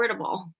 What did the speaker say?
affordable